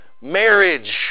marriage